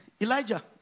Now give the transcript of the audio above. Elijah